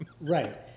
right